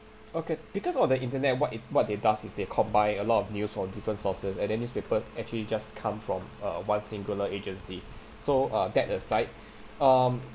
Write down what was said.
okay because of the internet what it what they does is they combine a lot of news from different sources and then newspaper actually just come from err one singular agency so uh that aside um